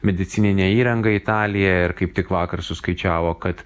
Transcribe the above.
medicininę įrangą į italiją ir kaip tik vakar suskaičiavo kad